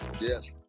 yes